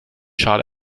schale